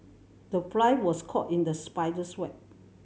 the fly was caught in the spider's web